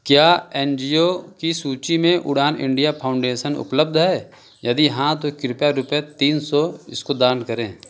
क्या N G O की सूची में उड़ान इंडिया फाउंडेशन उपलब्ध है यदि हाँ तो कृपया रुपये तीन सौ इसको दान करें